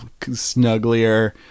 snugglier